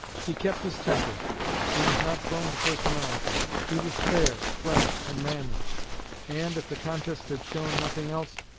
he kept his temper he was not prone to personalities he was fair, frank, and manly and, if the contest had shown nothing else,